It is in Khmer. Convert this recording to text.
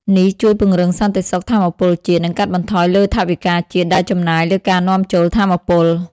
នេះជួយពង្រឹងសន្តិសុខថាមពលជាតិ និងកាត់បន្ថយលើថវិកាជាតិដែលចំណាយលើការនាំចូលថាមពល។